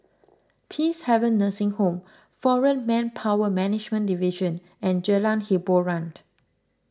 Peacehaven Nursing Home foreign Manpower Management Division and Jalan Hiboran